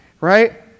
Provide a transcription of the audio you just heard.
right